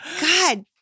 God